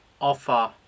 offer